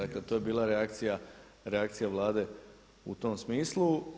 Dakle, to je bila reakcija Vlade u tom smislu.